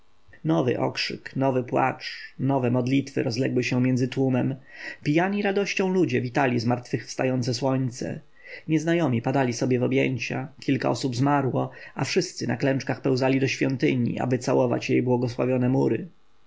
nowy krzyk nowy płacz nowe modlitwy rozległy się między tłumem pijani radością ludzie witali zmartwychwstające słońce nieznajomi padali sobie w objęcia kilka osób zmarło a wszyscy na klęczkach pełzali do świątyni aby całować jej błogosławione mury